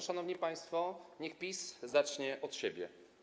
Szanowni państwo, to niech PiS zacznie od siebie.